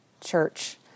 church